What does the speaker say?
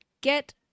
Get